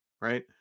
right